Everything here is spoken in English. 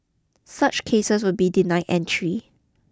such cases will be denied entry